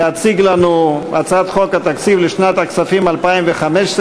להציג לנו את הצעת חוק התקציב לשנת הכספים 2015,